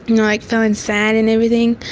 like feeling sad and everything,